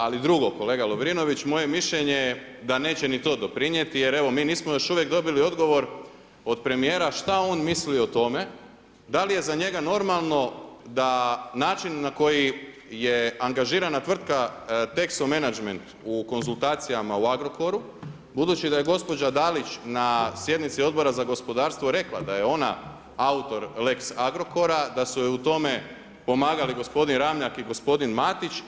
Ali, drugo, kolega Lovrinović, moje mišljenje je da neće ni to doprinijeti, jer evo, mi još uvijek nismo dobili odgovor, od primjera, šta on misli o tome, da li je za njega normalno, da način na koji je angažirana tvrtka Texo Managment u konzultacijama u Agrokoru, budući da je gospođa Dalić na sjednici Odbora za gospodarstvo, rekla, da je ona autor lex Agrokora, da su joj u tome pomagali gospodin Ramljak i gospodin Matić.